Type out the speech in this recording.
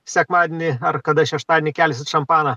sekmadienį ar kada šeštadienį kelsit šampaną